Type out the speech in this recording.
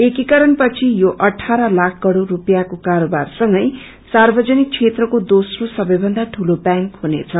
एकीकरण पछि यो अठारह लाख करोड़ स्पियाँको कारोबारसँगै सार्वजनिक क्षेत्रको दोम्रो सबै भन्दा ठूलो ब्यांक हुनेछ